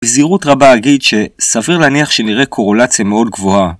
בזהירות רבה אגיד שסביר להניח שנראה קורולציה מאוד גבוהה.